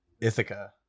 ithaca